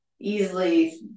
easily